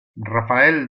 rafael